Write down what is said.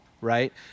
right